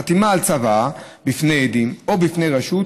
חתימה על צוואה בפני עדים או בפני רשות,